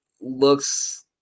looks